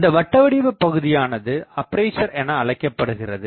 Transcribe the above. இந்த வட்டவடிவ பகுதியானது அப்பேசர் எனஅழைக்கப்படுகிறது